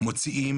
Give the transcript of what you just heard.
מוציאים